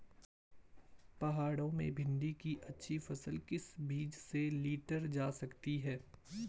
पहाड़ों में भिन्डी की अच्छी फसल किस बीज से लीटर जा सकती है?